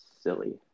silly